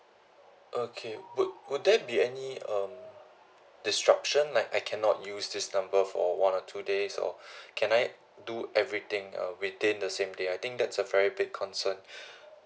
okay would would that be any err disruption like I cannot use this number for one or two days or can I do everything uh within the same day I think that's a very big concern